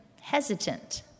hesitant